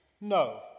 No